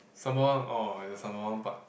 some more orh is the Sembawang park